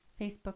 Facebook